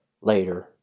later